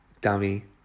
Dummy